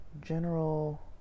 general